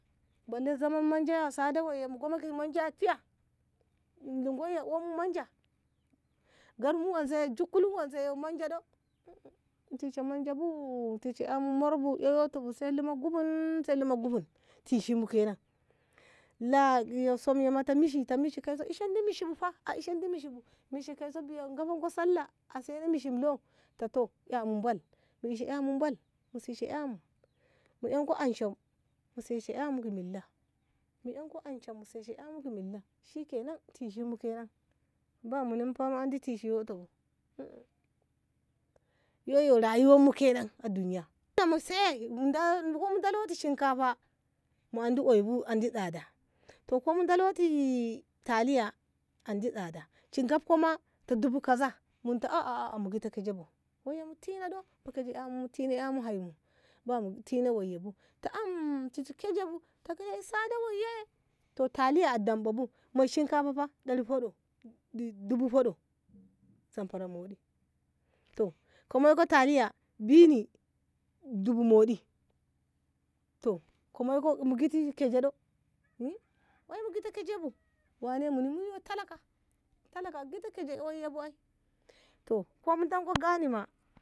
balle zaman manja woi tsada woi mu goma manja tiya ngo yiya a omu manja garinmu woi yo jukkulu wonse yo manja ɗo mu tishe manja bu tishe ƙa mu mor bu ei yoto bu kaba lumak guhun sai lamak guhun tishinmu kenan la yo som e ta mishi mishi kaiso ishendi mishi bu fa a ishendi mishi bu biya ngahonko sallah a sena mishi lo ta toh amu bal mu ishe ƙamu bal mu seshe ƙamu mu ƙanko amisho mu seshe ƙamu ki milla mu ƙanko amisho mu seshe ƙamu ki milla shikenan tishinmu kenan ba muni fa mu andi tishi ƙoto bu yoyo rayuwanmu kenan a duniya na mu se ko mu daloti shinkafa mu andi oyu bu andi tsada toh ko mu daloti taliya andi tsada shi ngabko ma ta dubu kaza munta a a mu gita kejebu woiye mu tina ɗo mu keje ya mu tina hai mu ba mu tina woi bu ta am ki keje bu ta kele tsada woi e toh taliya a damɓa bu moi shinkafa dari hoɗo dubu hoɗo zamfara mohdi ka moiko taliya bi ni dubu mohɗi toh ko moiko mu git ti keja ɗoe e mu gitti keje bu wane muni mu yo talaka talaka a giti keje woiye bu ai toh komi to ganima.